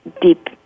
deep